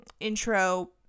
intro